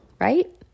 right